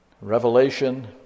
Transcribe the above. Revelation